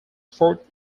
fourth